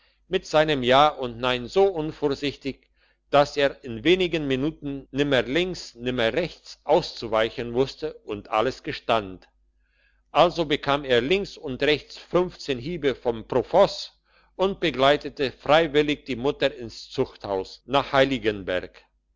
mit seinem ja und nein so unvorsichtig dass er in wenig minuten nimmer links nimmer rechts auszuweichen wusste und alles gestand also bekam er links und rechts fünfzehn hiebe vom profoss und begleitete freiwillig die mutter ins zuchthaus nach heiligenberg